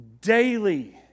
daily